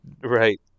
Right